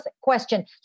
question